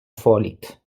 vorliegt